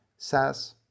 says